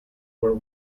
were